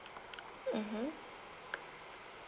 mmhmm